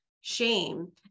shame